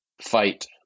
fight